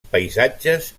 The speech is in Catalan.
paisatges